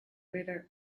river